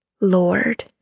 Lord